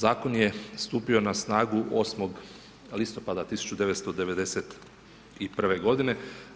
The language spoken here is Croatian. Zakon je stupio na snagu 8. listopada 1991. g.